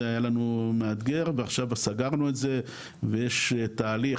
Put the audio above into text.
זה היה לנו מאתגר ועכשיו סגרנו את זה ויש תהליך,